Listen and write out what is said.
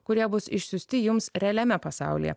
kurie bus išsiųsti jums realiame pasaulyje